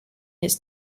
his